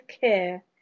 care